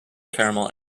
caramel